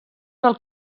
del